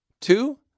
Two